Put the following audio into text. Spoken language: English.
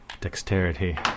dexterity